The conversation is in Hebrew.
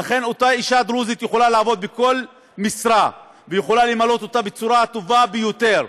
אישה דרוזית יכולה לעבוד בכל משרה ולמלא אותה בצורה הטובה ביותר.